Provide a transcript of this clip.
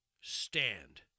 stand